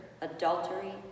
adultery